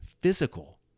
Physical